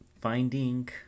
finding